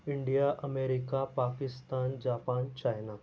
India America Pakistan Japan China